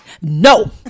No